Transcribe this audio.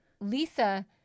Lisa